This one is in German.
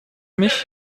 mich